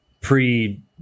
pre